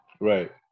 Right